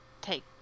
take